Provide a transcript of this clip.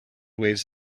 waves